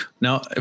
Now